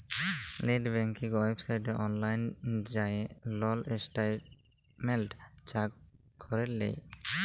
late banking ওয়েবসাইটে অললাইল যাঁয়ে লল ইসট্যাটমেল্ট চ্যাক ক্যরে লেই